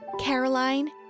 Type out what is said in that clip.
Caroline